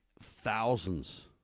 thousands